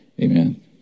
Amen